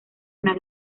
una